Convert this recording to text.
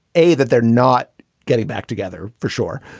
a, that they're not getting back together for sure.